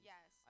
Yes